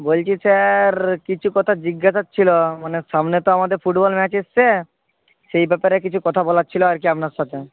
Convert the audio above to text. বলছি স্যার কিছু কথা জিজ্ঞাসার ছিল মানে সামনে তো আমাদের ফুটবল ম্যাচ আসছে সেই ব্যাপারে কিছু কথা বলার ছিল আর কি আপনার সাথে